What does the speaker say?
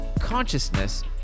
consciousness